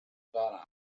دارم